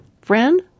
friend